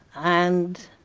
and